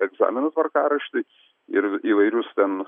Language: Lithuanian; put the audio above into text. egzaminų tvarkaraštį ir įvairius ten